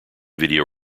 video